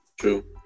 true